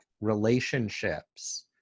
relationships